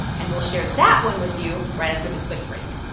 and we'll share that one with you right after this quick break